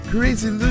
Crazy